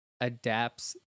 adapts